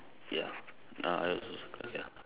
ya uh I ya